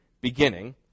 beginning